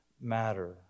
matter